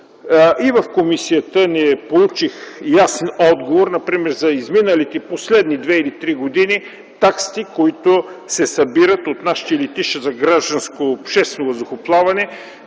И в комисията не получих ясен отговор, например за изминалите последни две или три години таксите, които се събират от нашите летища за гражданско обществено въздухоплаване